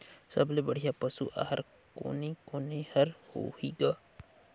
सबले बढ़िया पशु आहार कोने कोने हर होही ग?